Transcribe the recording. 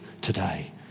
today